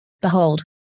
behold